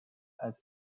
als